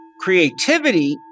creativity